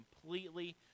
completely